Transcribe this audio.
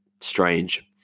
strange